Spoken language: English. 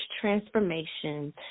Transformation